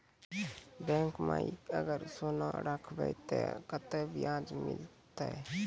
Bank माई अगर सोना राखबै ते कतो ब्याज मिलाते?